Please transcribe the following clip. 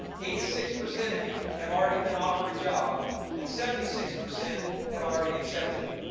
eighty six percent of you have already been offered a job and seventy six percent have already accepted it.